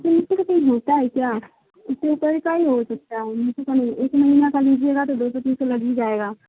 مجھ سے کا کیں ہوتا ہے کیا اس کے اوپر کا ہی ہو سکتا ہے مجھے ک ایک مہینہ کا لیجیے گا تو دو سو تین سو لگ ہی جائے گا